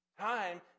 Time